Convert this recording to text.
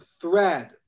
thread